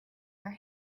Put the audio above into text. her